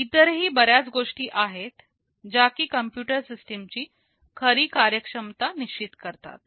इतरही बर्याच गोष्टी आहेत ज्या की कम्प्युटर सिस्टीम ची खरी कार्यक्षमता निश्चित करतात